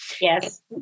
Yes